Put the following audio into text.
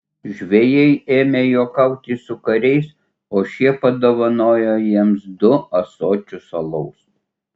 žvejai ėmė juokauti su kariais o šie padovanojo jiems du ąsočius alaus